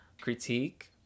critique